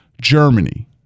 Germany